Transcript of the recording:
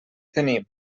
tenim